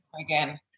again